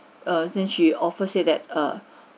err and then she offered said that err